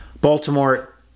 baltimore